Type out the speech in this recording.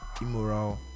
immoral